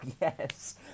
yes